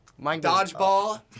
dodgeball